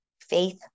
faith